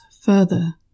further